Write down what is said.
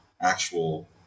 actual